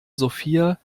sophia